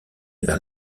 vers